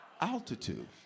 altitude